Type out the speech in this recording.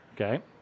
Okay